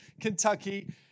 Kentucky